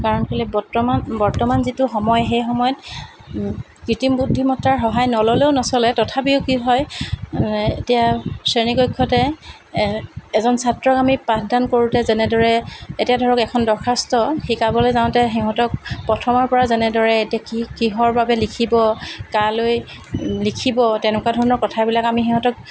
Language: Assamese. কাৰণ কেলে বৰ্তমান বৰ্তমান যিটো সময় সেই সময়ত কৃতিম বুদ্ধিমত্তাৰ সহায় নল'লেও নচলে তথাপিও কি হয় এতিয়া শ্ৰেণী কক্ষতে এজন ছাত্ৰক আমি পাঠদান কৰোঁতে যেনেদৰে এতিয়া ধৰক এখন দৰ্খাস্ত শিকাবলৈ যাওঁতে সিহঁতক প্ৰথমৰ পৰা যেনেদৰে এতিয়া কি কিহৰ বাবে লিখিব কালৈ লিখিব তেনেকুৱা ধৰণৰ কথাবিলাক আমি সিহঁতক